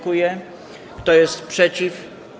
Kto jest przeciw?